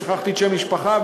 ששכחתי את שם המשפחה שלה,